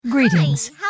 Greetings